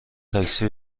تاکسی